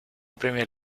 premier